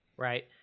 Right